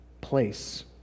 place